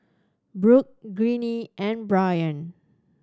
Burk Ginny and Brian